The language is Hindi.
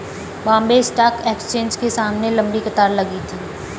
बॉम्बे स्टॉक एक्सचेंज के सामने लंबी कतार लगी थी